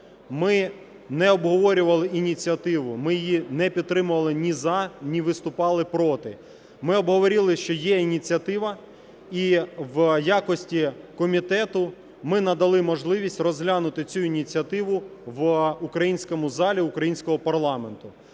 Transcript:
Ми не обговорювали ініціативу, ми її не підтримували ні "за", ні виступали "проти". Ми обговорили, що є ініціатива, і в якості комітету ми надали можливість розглянути цю ініціативу в українському залі українського парламенту.